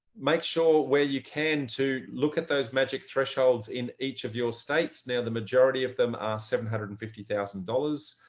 make sure where you can, to look at those magic thresholds in each of your states. now, the majority of them are seven hundred and fifty thousand dollars.